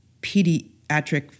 pediatric